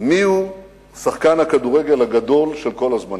מיהו שחקן הכדורגל הגדול של כל הזמנים.